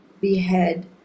behead